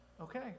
okay